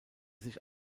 sich